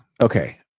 Okay